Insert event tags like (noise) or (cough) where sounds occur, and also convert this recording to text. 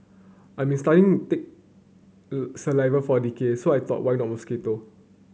I've been studying tick (hesitation) saliva for a decade so I thought why not mosquito